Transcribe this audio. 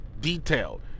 detailed